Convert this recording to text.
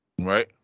Right